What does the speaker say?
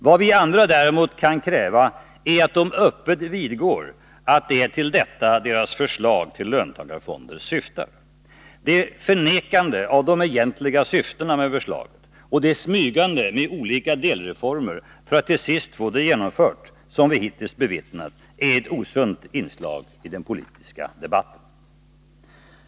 Vad vi andra däremot kan kräva är att de öppet vidgår att det är till detta deras förslag till löntagarfonder syftar. Det förnekande av de egentliga syftena med förslaget och det smygande med olika delreformer för att till sist få det genomfört som vi hittills bevittnat är ett osunt inslag i den politiska debatten.